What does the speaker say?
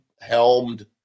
helmed